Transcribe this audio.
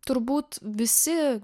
turbūt visi